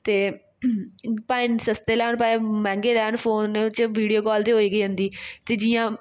ते भाएं सस्ते लैन भाएं मैंह्गे लैन फोन च वीडियो कॉल ते होई गै जंदी ते जियां